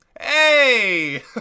Hey